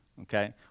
Okay